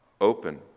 open